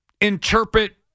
interpret